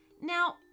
Now